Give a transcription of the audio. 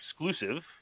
exclusive